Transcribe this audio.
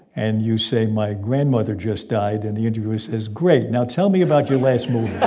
and you say, my grandmother just died, and the interviewer says great, now tell me about your last movie yeah